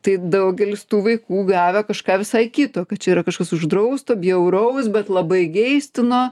tai daugelis tų vaikų gavę kažką visai kito kad čia yra kažkas uždrausto bjauraus bet labai geistino